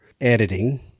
editing